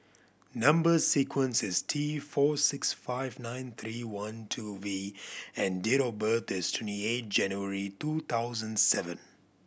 number sequence is T four six five nine three one two V and date of birth is twenty eight January two thousand seven